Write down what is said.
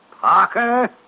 Parker